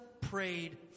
prayed